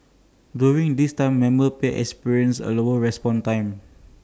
during this time members may experience A slower response time